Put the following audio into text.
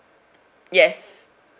yes